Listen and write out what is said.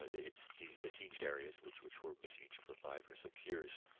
ah it's these besieged areas, which which were besieged for five or six years,